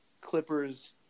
Clippers